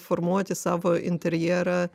formuoti savo interjerą